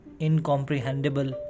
incomprehensible